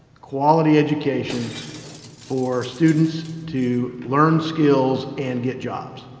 quality education for students to learn skills and get jobs.